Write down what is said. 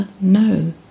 no